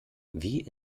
wie